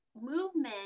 Movement